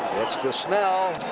it's to snell.